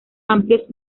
amplios